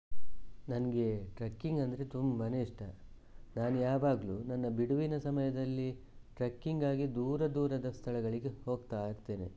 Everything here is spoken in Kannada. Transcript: ನನಗೆ ಟ್ರೆಕಿಂಗ್ ಅಂದರೆ ತುಂಬಾನೇ ಇಷ್ಟ ನಾನು ಯಾವಾಗಲೂ ನನ್ನ ಬಿಡುವಿನ ಸಮಯದಲ್ಲಿ ಟ್ರೆಕಿಂಗಾಗಿ ದೂರ ದೂರದ ಸ್ಥಳಗಳಿಗೆ ಹೋಗ್ತಾ ಇರ್ತೇನೆ